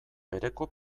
bereko